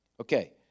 Okay